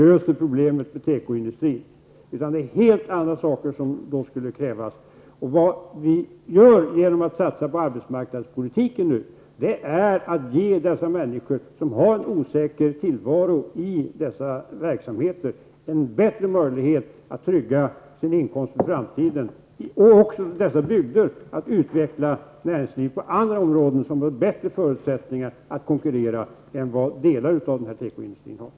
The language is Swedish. Det skulle krävas helt andra saker. Det vi gör genom att satsa på arbetsmarknadspolitiken är att ge de människor som har en osäker tillvaro i dessa verksamheter en bättre möjlighet att trygga sin inkomst för framtiden. Det ger också dessa bygder en möjlighet att utveckla näringslivet på andra områden, där förutsättningarna att konkurrera är bättre än för delar av tekoindustrin.